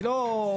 אני לא מתנגד.